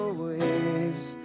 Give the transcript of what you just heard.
waves